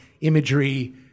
imagery